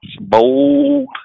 bold